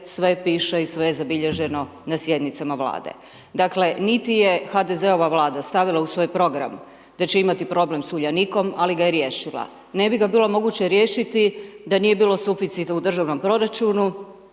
sve piše i sve je zabilježeno na sjednicama Vlade. Dakle, niti je HDZ-ova Vlada stavila u svoj program da će imati problem sa Uljanikom, ali ga je riješila. Ne bi ga bilo moguće riješiti da nije bilo suficita u državnom proračunu